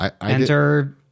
Enter